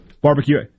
Barbecue